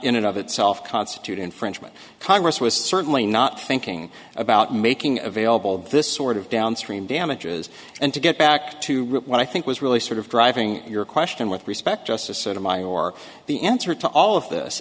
of itself constitute infringement congress was certainly not thinking about making available this sort of downstream damages and to get back to what i think was really sort of driving your question with respect justice and mining or the answer to all of this